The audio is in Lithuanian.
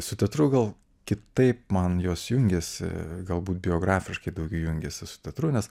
su teatru gal kitaip man jos jungiasi galbūt geografiškai daugiau jungėsi su teatru nes